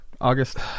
August